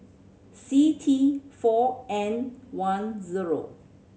C T four N one zero